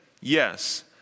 Yes